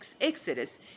Exodus